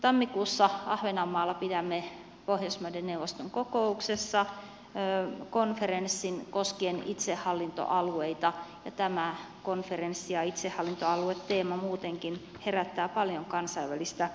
tammikuussa ahvenanmaalla pidämme pohjoismaiden neuvoston kokouksessa konferenssin koskien itsehallintoalueita ja tämä konferenssi ja itsehallintoalueteema muutenkin herättävät paljon kansainvälistä kiinnostusta